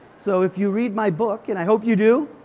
so if you read my book, and i hope you do,